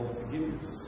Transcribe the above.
forgiveness